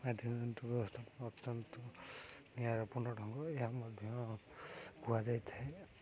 ମାଧ୍ୟମ ଅତ୍ୟନ୍ତ ନିଆରାପୂର୍ଣ୍ଣ ଢଙ୍ଗ ଏହା ମଧ୍ୟ କୁହାଯାଇଥାଏ